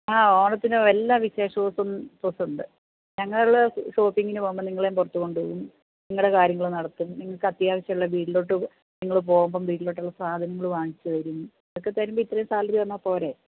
ആ ഓണത്തിനും എല്ലാ വിശേഷ ദിവസവും ഡ്രെസ്സുണ്ട് ഞങ്ങള് ഷോപ്പിങ്ങിനു പോകുമ്പോൾ നിങ്ങളെയും പുറത്തു കൊണ്ടുപോകും നിങ്ങളുടെ കാര്യങ്ങള് നടത്തും നിങ്ങള്ക്ക് അത്യാവശ്യമുള്ള വീട്ടിലേക്ക് നിങ്ങള് പോകുമ്പോള് വീട്ടിലേക്കുള്ള സാധനങ്ങള് വാങ്ങിച്ചുതരും ഇതൊക്കെ തരുമ്പോള് ഇത്രയും സാലറി തന്നാല് പോരേ